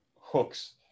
hooks